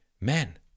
men